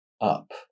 up